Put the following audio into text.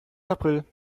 april